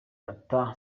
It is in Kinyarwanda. fattah